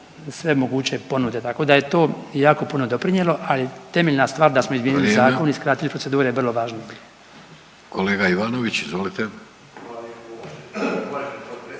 sve moguće ponude, tako da je to jako puno doprinijelo, ali temeljna stvar da smo izmijenili zakon .../Upadica: Vrijeme./... i skratili procedure je vrlo važno. **Vidović, Davorko